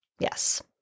Yes